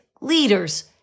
leaders